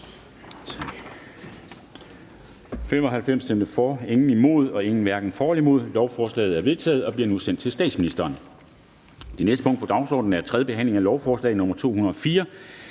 stemte 5 (NB og LA), hverken for eller imod stemte 0. Lovforslaget er vedtaget og bliver nu sendt til statsministeren. --- Det næste punkt på dagsordenen er: 8) 3. behandling af lovforslag nr. L